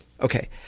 Okay